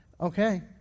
okay